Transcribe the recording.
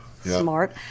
Smart